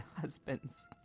husbands